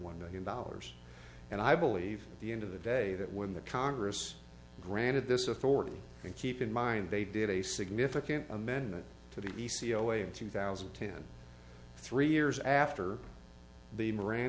one million dollars and i believe at the end of the day that when the congress granted this authority and keep in mind they did a significant amendment to the e c away in two thousand and ten three years after the moran